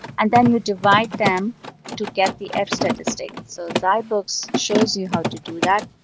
and then you divide them to get the f-statistic. so zybooks shows you how to do that.